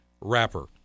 wrapper